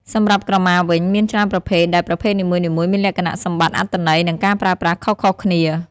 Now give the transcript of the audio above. សម្រាប់ក្រមាវិញ មានច្រើនប្រភេទដែលប្រភេទនីមួយៗមានលក្ខណៈសម្បត្តិ អត្ថន័យ និងការប្រើប្រាស់ខុសៗគ្នា។